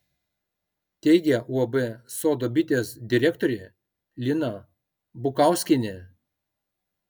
teigia uab sodo bitės direktorė lina bukauskienė